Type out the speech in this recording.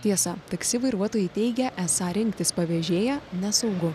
tiesa taksi vairuotojai teigia esą rinktis pavežėją nesaugu